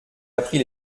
appris